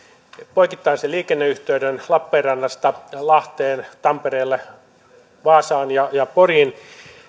poikittaisen liikenneyhteyden varrella lappeenrannasta lahteen tampereelle vaasaan ja ja poriin